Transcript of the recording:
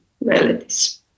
realities